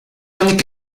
única